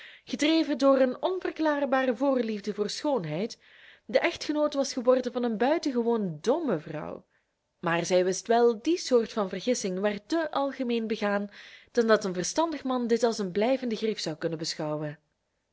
gedreven door een onverklaarbare voorliefde voor schoonheid de echtgenoot was geworden van een buitengewoon domme vrouw maar zij wist wel die soort van vergissing werd te algemeen begaan dan dat een verstandig man dit als een blijvende grief zou kunnen beschouwen